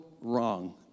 wrong